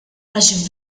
għax